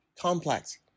complex